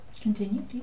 Continue